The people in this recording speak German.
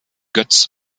götz